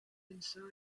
inside